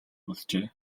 болжээ